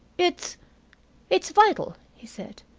it's it's vital, he said.